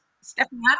Stephanie